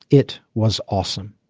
it was awesome